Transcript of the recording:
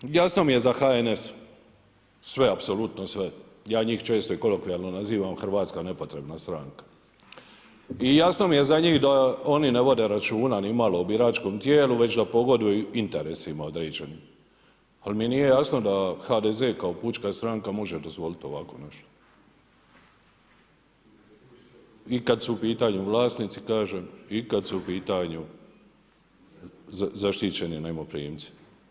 Treća stvar, jasno mi je za HNS, sve apsolutno sve, ja njih često i kolokvijalno nazivam hrvatska nepotrebna stranka i jasno mi je za njih da oni ne vode računa nimalo o biračkom tijelu već da pogoduju interesima određenim, ali mi nije jasno da HDZ kao pučka stranka može dozvoliti ovako nešto i kada su u pitanju vlasnici kažem i kada su u pitanju zaštićeni najmoprimci.